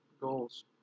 goals